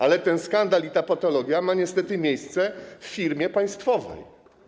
Ale ten skandal i ta patologia mają niestety miejsce w firmie państwowej.